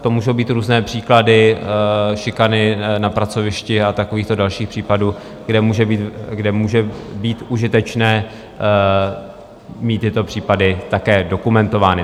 To můžou být různé příklady šikany na pracovišti a takovýchto dalších případů, kde může být užitečné mít tyto případy také dokumentovány.